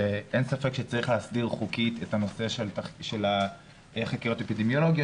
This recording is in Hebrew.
אין ספק שצריך להסדיר חוקית את נושא החקירות האפידמיולוגיות